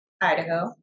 Idaho